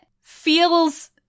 feels